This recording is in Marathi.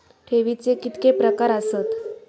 ठेवीचे कितके प्रकार आसत?